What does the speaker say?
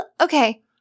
Okay